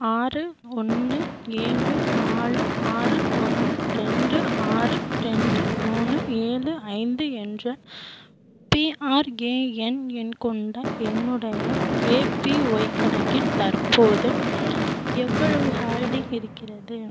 ஆறு ஒன்னு ஏழு நாலு ஆறு ஒன்னு ரெண்டு ஆறு ரெண்டு மூணு ஏழு ஐந்து என்ற பிஆர்எஎன் எண் கொண்ட என்னுடைய ஏபிஓய் கணக்கில் தற்போது எவ்வளவு ஹோல்டிங் இருக்கிறது